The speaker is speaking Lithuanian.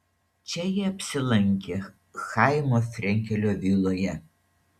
čia jie apsilankė chaimo frenkelio viloje